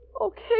Okay